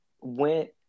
went